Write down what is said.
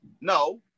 No